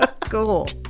Cool